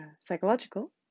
psychological